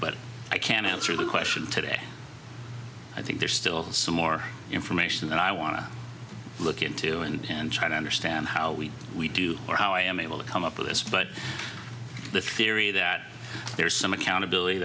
but i can't answer that question today i think there's still some more information that i want to look into and try to understand how we we do or how i am able to come up with this but the theory that there is some accountability